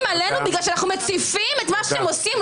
עלינו בגלל שאנחנו מציפים את מה שאתם עושים?